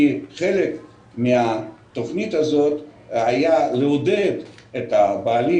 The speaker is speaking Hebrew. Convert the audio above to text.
כי חלק מהתכנית הזאת הייתה לעודד את הבעלים